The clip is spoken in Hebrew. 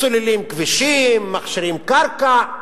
סוללים כבישים, מכשירים קרקע.